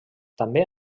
també